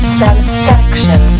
satisfaction